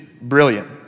brilliant